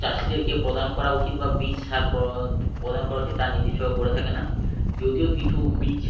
চাষিদেরকে প্রদান করা উচিত বা বীজ সার প্রদান করা উচিত তা নির্দিষ্টভাবে করে থাকে না যদিও কিছু বীজ